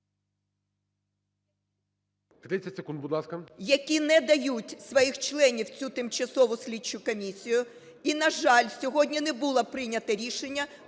...які не дають своїх членів в цю тимчасову слідчу комісію. І, на жаль, сьогодні не було прийнято рішення